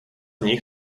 nich